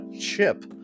Chip